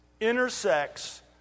intersects